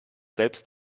selbst